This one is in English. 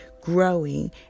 growing